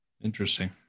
interesting